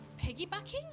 piggybacking